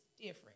different